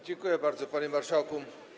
Dziękuję bardzo, panie marszałku.